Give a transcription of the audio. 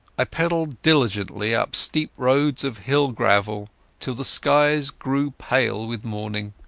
i pedalled diligently up steep roads of hill gravel till the skies grew pale with morning.